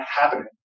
happening